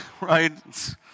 Right